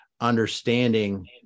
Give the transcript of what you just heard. understanding